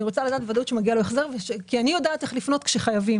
אני רוצה לדעת בוודאות שמגיע לו החזר כי אני יודעת איך לפנות כשחייבים.